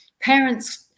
parents